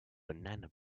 banana